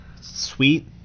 Sweet